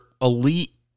elite